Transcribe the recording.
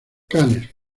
cannes